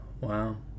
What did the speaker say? Wow